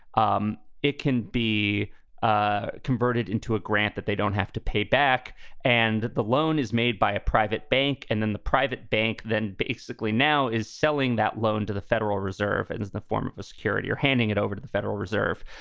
um it can be ah converted into a grant that they don't have to pay back and the loan is made by a private bank. and then the private bank then basically now is selling that loan to the federal reserve and in the form of a security or handing it over to the federal reserve.